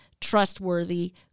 trustworthy